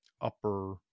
upper